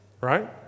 right